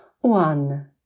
One